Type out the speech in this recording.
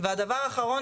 והדבר האחרון,